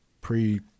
pre